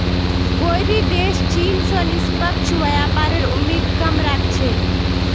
कोई भी देश चीन स निष्पक्ष व्यापारेर उम्मीद कम राख छेक